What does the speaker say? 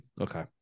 Okay